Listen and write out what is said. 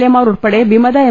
A മാർ ഉൾപ്പെടെ വിമത എം